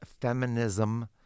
feminism